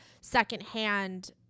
secondhand